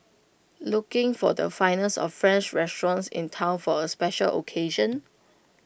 looking for the finest of French restaurants in Town for A special occasion